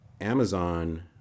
Amazon